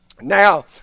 Now